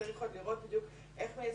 וצריך לעוד לראות איך ליישם.